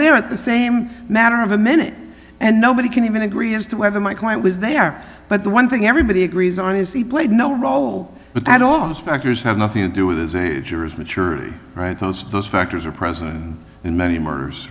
there at the same matter of a minute and nobody can even agree as to whether my client was there but the one thing everybody agrees on is he played no role but that office factors have nothing to do with his age or is maturity right those those factors are present in many murders